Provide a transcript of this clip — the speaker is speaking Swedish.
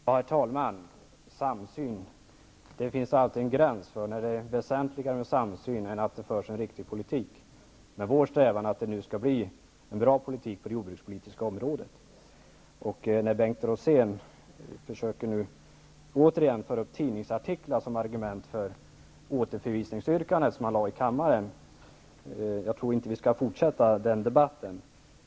Herr talman! Samsyn, det är nog gott och väl. Det finns emellertid alltid en gräns för när det är mer väsentligare med samsyn än att en riktig politik förs. Vår strävan är att det nu skall bli en bra politik på det jordbrukspolitiska området Bengt Rosén försöker nu återigen anföra tidningsartiklar som argument för det återförvisningsyrkande som han ställde i kammaren. Vi skall inte fortsätta den debatten.